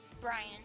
Brian